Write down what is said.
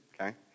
okay